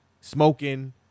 smoking